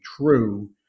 true